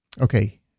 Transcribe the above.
Okay